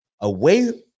away